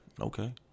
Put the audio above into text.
okay